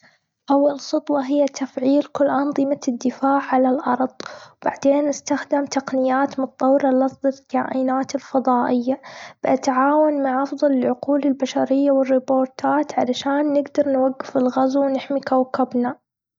أول خطوة، هي تفعيل كل أنظمة الدفاع على الأرض. وبعدين أستخدم تقنيات متطورة للفظ الكائنات الفضائية، بالتعاون مع أفضل العقول البشرية والربورتات علشان نقدر نوقف الغزو ونحمي كوكبنا.